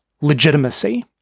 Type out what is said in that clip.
legitimacy